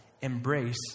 Embrace